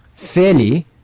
Fairly